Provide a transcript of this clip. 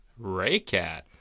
Raycat